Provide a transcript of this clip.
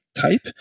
type